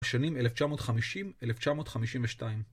שנים 1950-1952